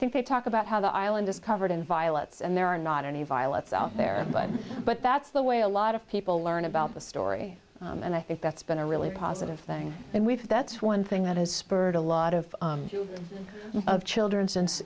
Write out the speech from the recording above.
think they talk about how the island is covered in violence and there are not any violence out there but but that's the way a lot of people learn about the story and i think that's been a really positive thing and we've that's one thing that has spurred a lot of of children since